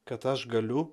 kad aš galiu